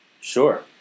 Sure